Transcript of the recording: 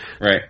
right